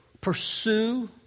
pursue